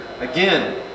Again